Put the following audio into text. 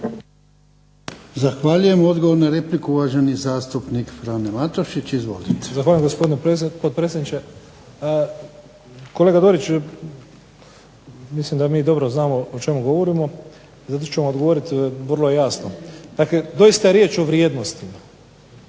Zahvaljujem. Odgovor na repliku, uvaženi zastupnik Frano Matušić. Izvolite. **Matušić, Frano (HDZ)** Zahvaljujem gospodine potpredsjedniče. Kolega Doriću, mislim da mi dobro znamo o čemu govorimo, zato ću vam odgovoriti vrlo jasno. Dakle doista je riječ o vrijednostima,